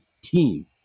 team